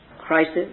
crisis